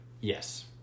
Yes